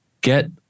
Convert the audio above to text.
get